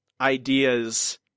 ideas